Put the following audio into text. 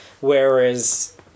Whereas